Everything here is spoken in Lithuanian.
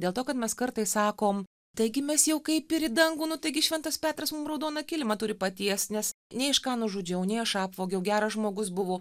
dėl to kad mes kartais sakom taigi mes jau kaip ir į dangų nu taigi šventas petras mum raudoną kilimą turi patiest nes nei aš ką nužudžiau nei aš apvogiau geras žmogus buvau